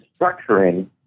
structuring